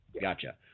gotcha